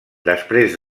després